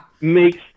makes